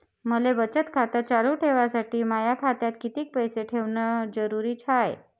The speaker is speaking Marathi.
मले बचत खातं चालू ठेवासाठी माया खात्यात कितीक पैसे ठेवण जरुरीच हाय?